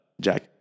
Jack